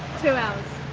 two hours,